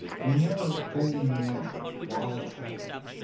we never fully know while it's happening,